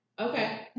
okay